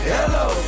Hello